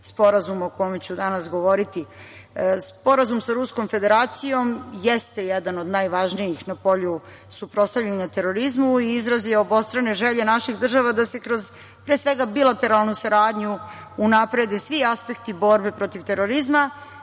Sporazum o kome ću danas govoriti. Sporazum sa Ruskom Federacijom jeste jedan od najvažnijih na polju suprotstavljanja terorizmu i izraz je obostrane želje naših država da se kroz pre svega bilateralnu saradnju unaprede svi aspekti borbe protiv terorizma,